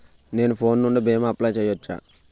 నేను ఫోన్ నుండి భీమా అప్లయ్ చేయవచ్చా?